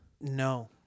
no